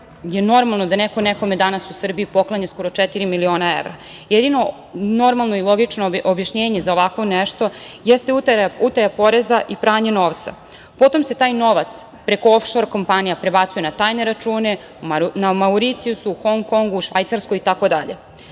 je normalno da neko nekome danas u Srbiji poklanja skoro četiri miliona evra? Jedino normalno i logično objašnjenje za ovako nešto jeste utaja poreza i pranje novca. Potom se taj novac preko ofšor kompanija prebacuje na tajne račune na Mauricijusu, Hon Kongu, Švajcarskoj